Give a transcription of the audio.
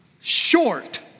Short